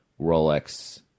Rolex